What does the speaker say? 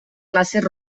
classes